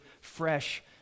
fresh